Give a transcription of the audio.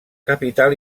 capital